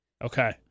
Okay